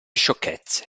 sciocchezze